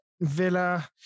Villa